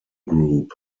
group